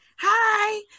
Hi